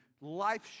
life